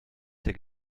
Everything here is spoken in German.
der